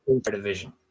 division